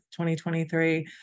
2023